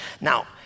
Now